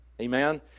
amen